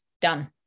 Done